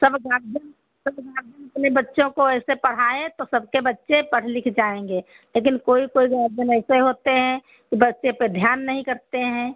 सब गार्जियन सब गार्जियन अपने बच्चों को ऐसे पढ़ाएं तो सबके बच्चे पढ़ लिख जाएँगे लेकिन कोई कोई गार्जियन ऐसे होते हैं कि बच्चे पर ध्यान नहीं करते हैं